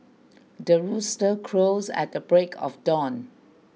the rooster crows at the break of dawn